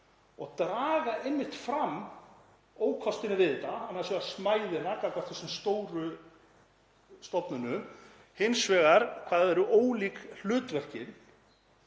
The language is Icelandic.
og draga einmitt fram ókostina við þetta; annars vegar smæðina gagnvart þessum stóru stofnunum og hins vegar hvað þau eru ólík, hlutverkin.